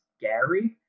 Gary